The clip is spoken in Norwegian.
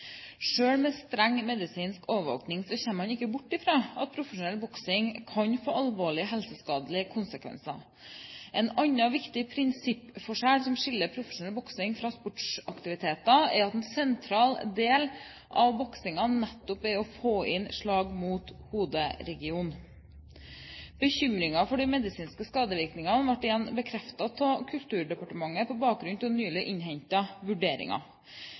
med streng medisinsk overvåking kommer man ikke bort fra at profesjonell boksing kan få alvorlige helseskadelige konsekvenser. En annen viktig prinsippforskjell som skiller profesjonell boksing fra andre sportsaktiviteter, er at en sentral del av boksingen nettopp er å få inn slag mot hoderegionen. Bekymringen for de medisinske skadevirkningene ble igjen bekreftet av Kulturdepartementet, på bakgrunn av nylig